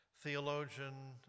theologian